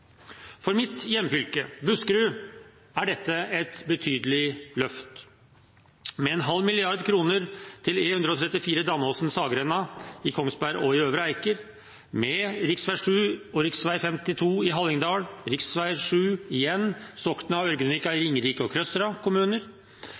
For mitt hjemfylke, Buskerud, er dette et betydelig løft: Med 0,5 mrd. kr til E134 Damåsen–Saggrenda i Kongsberg og Øvre Eiker, for rv. 7 og rv. 52 i Hallingdal,